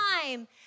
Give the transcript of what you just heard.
time